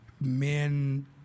men